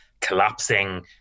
collapsing